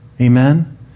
Amen